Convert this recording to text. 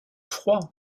froid